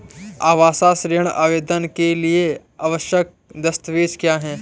आवास ऋण आवेदन के लिए आवश्यक दस्तावेज़ क्या हैं?